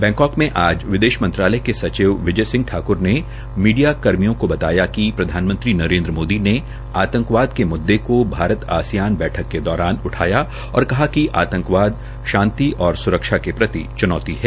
Bangkok में आज विदेश मंत्रालय के सचिव विजय सिंह ठाकूर ने मीडिया कर्मियों को बताया कि प्रधानमंत्री नरेन्द्र मोदी ने आतंकवाद के मुददे को भारत आसियान बैठक के दौरान उठाया और कहा कि आतंकवाद शांति और सुरक्षा के प्रति चुनौती है